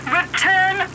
return